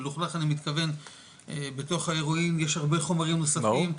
מלוכלך אני מתכוון בתוך האירועים יש הרבה חומרים נוספים,